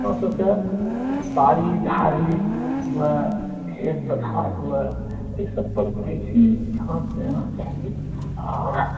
अपना सबकेँ बारी झारी हुअ खेत पथार हुअ एहि सबपर बेसी ध्यान देना चाही आ